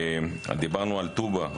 דיברנו על טובא,